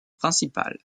principale